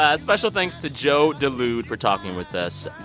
ah special thanks to joe dulude for talking with us.